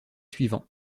suivants